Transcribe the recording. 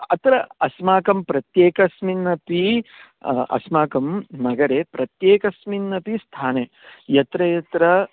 अत्र अस्माकं प्रत्येकस्मिन्नपि अस्माकं नगरे प्रत्येकस्मिन्नपि स्थाने यत्र यत्र